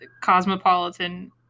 Cosmopolitan